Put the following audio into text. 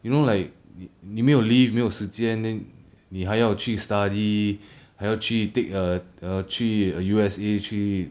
you know like 你没有 leave 没有时间 then 你还要去 study 还要去 take err err 去 U_S_A 去